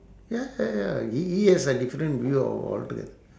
ya ya ya he he has a different view al~ altogether